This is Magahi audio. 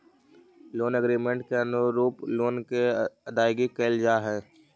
लोन एग्रीमेंट के अनुरूप लोन के अदायगी कैल जा हई